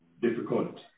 difficult